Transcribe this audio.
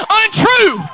untrue